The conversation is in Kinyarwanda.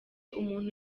umuntu